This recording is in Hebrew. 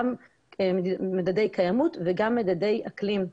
גם מדדי קיימות וגם מדדי אקלים.